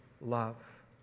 love